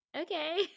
okay